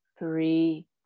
Three